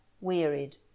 wearied